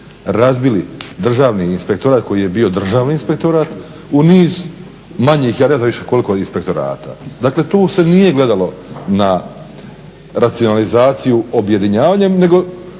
razbiri, Državni inspektorat koji je bio državni inspektorat u niz manjih, ja ne znam više koliko inspektorata. Dakle, tu se nije gledalo na racionalizaciju objedinjavanjem nego